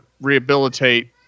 rehabilitate